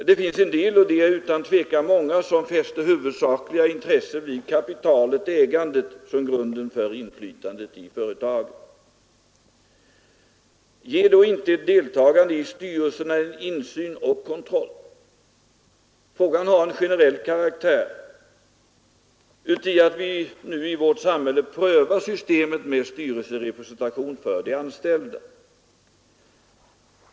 Det finns en del — och de är utan tvekan många — som fäster huvudsakliga intresset vid kapitalet/ ägandet som grunden för inflytandet i företagen. Ger då inte ett deltagande i styrelserna insyn och kontroll? Frågan har en generell karaktär genom att vi nu i vårt samhälle prövar systemet med styrelserepresentation för de anställda.